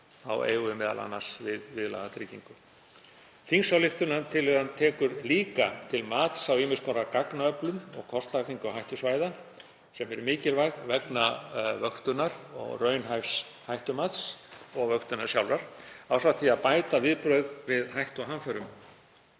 Þá eigum við m.a. við viðlagatryggingu. Þingsályktunartillagan tekur líka til mats á ýmiss konar gagnaöflun og kortlagningu hættusvæða sem er mikilvæg vegna vöktunar og raunhæfs hættumats, og vöktunarinnar sjálfar, ásamt því að bæta viðbrögð við hættu og hamförum.